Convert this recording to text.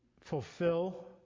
fulfill